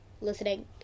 listening